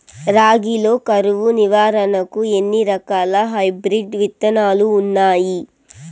రాగి లో కరువు నివారణకు ఎన్ని రకాల హైబ్రిడ్ విత్తనాలు ఉన్నాయి